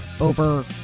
over